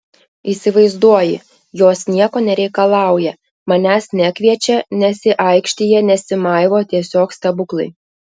įsivaizduoji jos nieko nereikalauja manęs nekviečia nesiaikštija nesimaivo tiesiog stebuklai